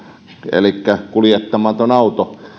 uberin kuljettamattoman auton alle